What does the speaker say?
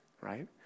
right